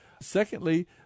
Secondly